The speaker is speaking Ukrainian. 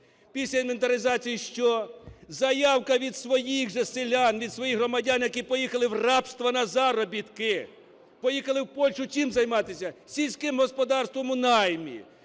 Після інвентаризації що? Заявка від своїх же селян, від своїх громадян, які поїхали в рабство на заробітки, поїхали в Польщу чим займатися? Сільським господарством у наймі.